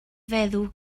feddw